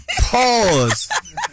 Pause